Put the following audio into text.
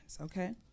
okay